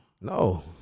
No